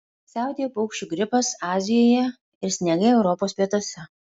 siautėjo paukščių gripas azijoje ir sniegai europos pietuose